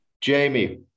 Jamie